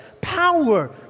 power